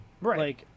Right